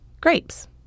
grapes